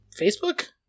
Facebook